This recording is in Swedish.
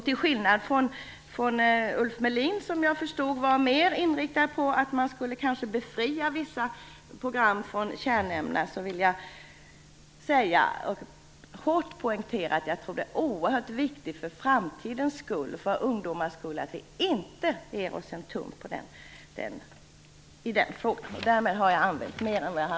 Till skillnad från Ulf Melin, som jag förstod var mer inriktad på att man kanske skulle befria vissa program från kärnämnena, tror jag att det är oerhört viktigt för ungdomarnas och för framtidens skull att vi inte ger oss i den frågan. Det vill jag hårt poängtera.